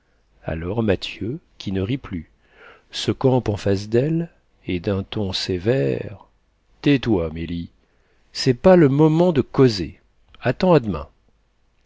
alors mathieu qui ne rit plus se campe en face d'elle et d'un ton sévère tais-toi mélie c'est pas le moment de causer attends à d'main